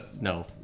No